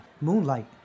Moonlight